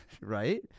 right